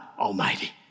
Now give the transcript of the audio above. Almighty